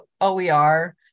OER